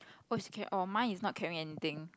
oh she carry oh mine is not carrying anything